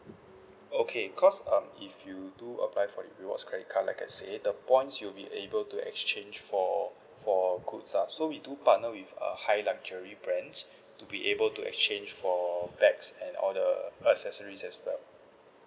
okay cause um if you do apply for the rewards credit card like I said the points you'll be able to exchange for for goods ah so we do partner with uh high luxury brands to be able to exchange for bags and all the accessories as well